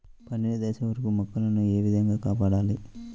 పండిన దశ వరకు మొక్కల ను ఏ విధంగా కాపాడాలి?